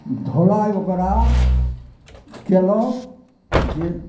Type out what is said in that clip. धोलाइ ओकरा केलहुॅं जे